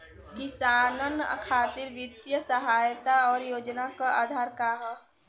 किसानन खातिर वित्तीय सहायता और योजना क आधार का ह?